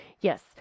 yes